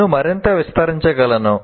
నేను మరింత విస్తరించగలను